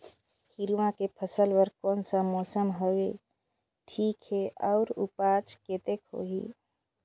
हिरवा के फसल बर कोन सा मौसम हवे ठीक हे अउर ऊपज कतेक होही?